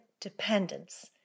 dependence